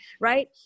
right